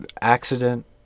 accident